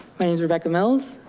my name is rebecca mills,